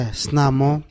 snamo